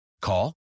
Call